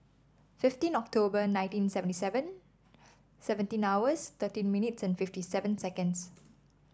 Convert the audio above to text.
fifteen October nineteen seventy seven seventeen hours thirteen minutes and fifty seven seconds